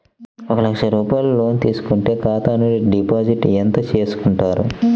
ఒక లక్ష రూపాయలు లోన్ తీసుకుంటే ఖాతా నుండి డిపాజిట్ ఎంత చేసుకుంటారు?